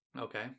Okay